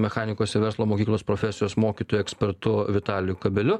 mechanikos ir verslo mokyklos profesijos mokytoju ekspertu vitaliu kabeliu